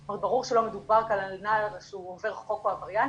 זאת אומרת ברור שלא מדובר כאן על נער שהוא עובר חוק ועבריין,